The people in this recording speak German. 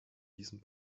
diesem